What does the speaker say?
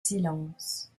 silence